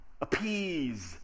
appease